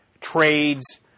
trades